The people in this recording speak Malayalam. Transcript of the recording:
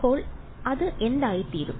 അപ്പോൾ അത് എന്തായിത്തീരും